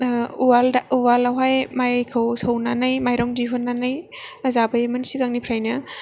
उवाल उवालावहाय माइखौ सौनानै माइरं दिहुन्नानै जाबोयोमोन सिगांनिफ्रायनो